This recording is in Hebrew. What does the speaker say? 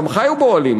גם חיו באוהלים,